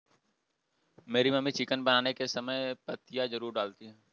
मेरी mummy chicken बनाने के समय बे पत्तियां जरूर डालती हैं